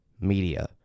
media